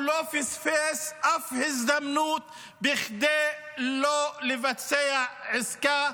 הוא לא פספס אף הזדמנות כדי לא לבצע עסקה,